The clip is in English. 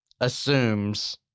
assumes